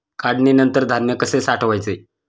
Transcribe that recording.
काढणीनंतर धान्य कसे साठवायचे?